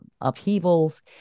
upheavals